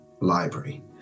library